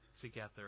together